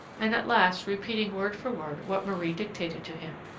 and at last repeating word for word what marie dictated to him,